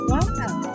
Welcome